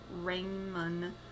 Raymond